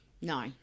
No